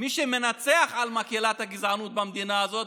מי שמנצח על מקהלת הגזענות במדינה הזאת,